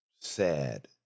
sad